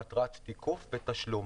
מטרת תיקוף ותשלום.